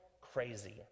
crazy